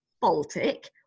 Baltic